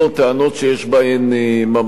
טענות שיש בהן ממש.